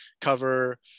cover